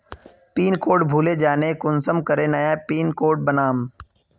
Pin code भूले जाले कुंसम करे नया पिन कोड बनाम?